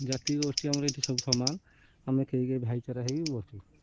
ଯାତ୍ରୀଗୋଷ୍ଠୀ ଆମର ଏଇଠି ସବୁ ସମାନ ଆମେ କେହି କେହି ଭାଇଚାରା ହେଇ ବସିବ